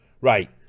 Right